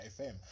FM